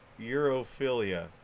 Europhilia